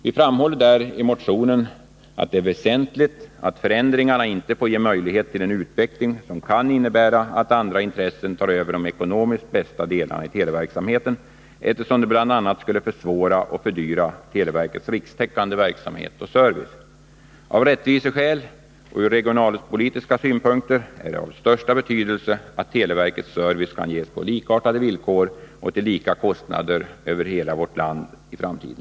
Vi framhåller i motionen att det är väsentligt att förändringarna inte får ge möjlighet till en utveckling som kan innebära att andra intressen tar över de ekonomiskt bästa delarna i televerksamheten, eftersom det bl.a. skulle försvåra och fördyra televerkets rikstäckande verksamhet och service. Av rättviseskäl och ur regionalpolitiska synpunkter är det av största betydelse att televerkets service kan ges på likartade villkor och till lika kostnader över hela vårt land i framtiden.